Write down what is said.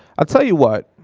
i'll tell you what.